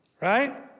right